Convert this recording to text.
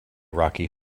rocky